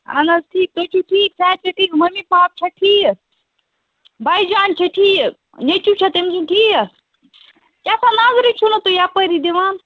آہن حض ٹھیٖک تُہۍ چھِوٕ ٹھیٖک صحت چھا ٹھیٖک مَمی پاپہٕ چھا ٹھیٖک بٲے جان چھا ٹھیٖک نیٚچوٗ چھا تمٔۍ سُنٛد ٹھیٖک کیٛاہ سا نظری چھِو نہٕ توٚہۍ یَپٲری دِوان